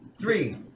Three